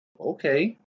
Okay